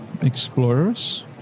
explorers